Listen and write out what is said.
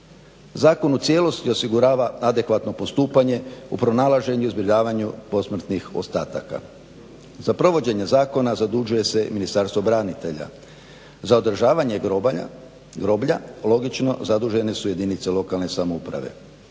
Zakon u cijelosti osigurava adekvatno postupanje u pronalaženju i zbrinjavanju posmrtnih ostataka. Za provođenje zakona zadužuje se Ministarstvo branitelja, za održavanje groblja logično zadužene su jedinice lokalne samouprave.